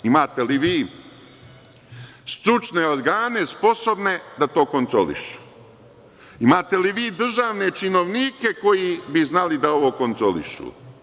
Imate li vi stručne organe sposobne da to kontrolišu, imate li vi državne činovnike koji bi znali da ovo kontrolišu?